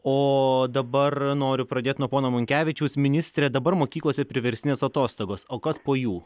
o dabar noriu pradėt nuo pono monkevičiaus ministre dabar mokyklose priverstinės atostogos o kas po jų